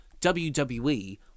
WWE